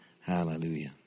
Hallelujah